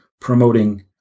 promoting